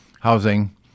housing